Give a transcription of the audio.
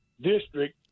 district